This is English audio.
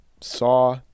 saw